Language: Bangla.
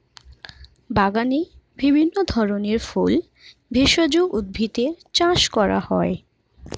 বাগানে বিভিন্ন ধরনের ফুল, ভেষজ উদ্ভিদের চাষ করা হয়